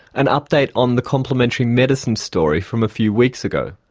an update on the complementary medicines story from a few weeks ago.